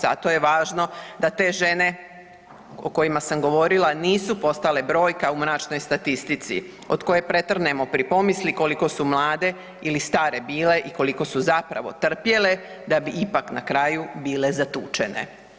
Zato je važno da te žene o kojima sam govorila nisu postale brojka u mračnoj statistici od koje pretrnemo pri pomisli koliko su mlade ili stare bile i koliko su zapravo trpjele da bi ipak na kraju bile zatučene.